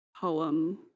poem